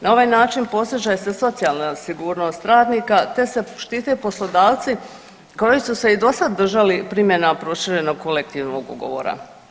Na ovaj način postiže se socijalna sigurnost radnika te se štite poslodavci koji su se i do sad držali primjena proširenog kolektivnog ugovora.